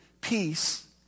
peace